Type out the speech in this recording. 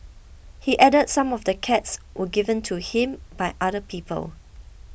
he added some of the cats were given to him by other people